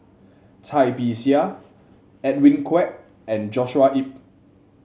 Cai Bixia Edwin Koek and Joshua Ip